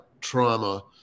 trauma